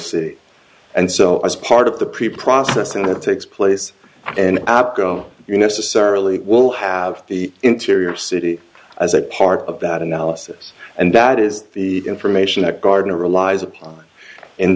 city and so as part of the pre processing it takes place in apco you necessarily will have the interior city as a part of that analysis and that is the information that gardner relies upon in